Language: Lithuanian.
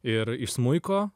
ir iš smuiko